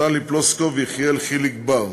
טלי פלוסקוב ויחיאל חיליק בר.